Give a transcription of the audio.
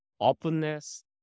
openness